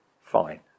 fine